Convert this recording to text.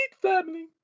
family